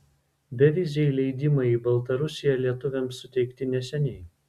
beviziai leidimai į baltarusiją lietuviams suteikti neseniai